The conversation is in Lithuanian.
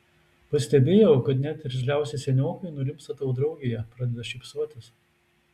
pastebėjau kad net irzliausi seniokai nurimsta tavo draugėje pradeda šypsotis